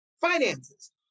finances